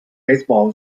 baseball